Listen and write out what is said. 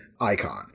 Icon